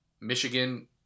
michigan